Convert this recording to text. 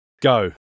Go